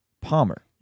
Palmer